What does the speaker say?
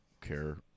care